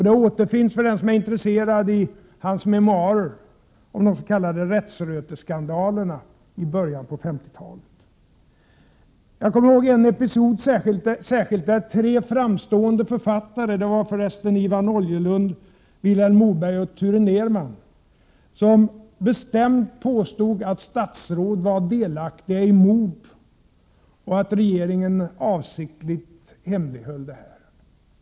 Det återfinns, för den som är intresserad, i hans memoarer — det gäller de s.k. rättsröteskandalerna i början på 50-talet. Jag kommer särskilt ihåg en episod, där tre framstående författare — det var för resten Ivan Oljelund, Vilhelm Moberg och Ture Nerman — bestämt påstod att statsråd var delaktiga i mord, och att regeringen avsiktligt hemlighöll detta.